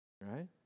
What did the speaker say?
Right